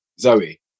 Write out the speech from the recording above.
Zoe